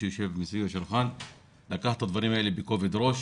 שיושב מסביב לשולחן לקחת את הדברים האלה בכובד ראש,